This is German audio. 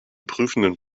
prüfenden